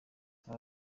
aba